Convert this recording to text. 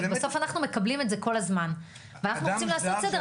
בסוף אנחנו מקבלים את זה כל הזמן ואנחנו רוצים לעשות סדר,